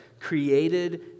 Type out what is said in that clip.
created